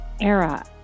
era